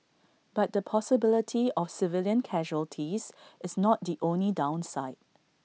but the possibility of civilian casualties is not the only downside